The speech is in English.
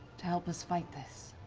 to help us fight this?